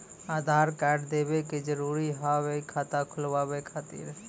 आधार कार्ड देवे के जरूरी हाव हई खाता खुलाए खातिर?